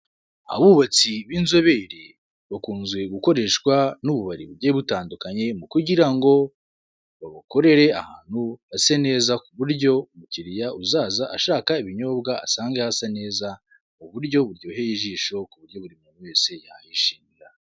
Abubatsi b'inzobere bakunze gukoreshwa n'ububari bugiye butandukanye kugira ngo babukorere ahantu hase neza kuburyo umukiriya uzaza ashaka ibinyobwa asange hasa neza mu buryo buryoheye ijisho kuburyo buri muntu wese yahishimira.